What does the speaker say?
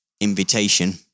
invitation